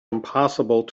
impossible